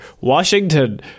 Washington